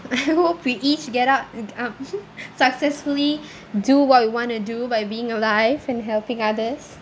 I hope we each get out and um successfully do what we want to do by being alive and helping others